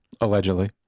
allegedly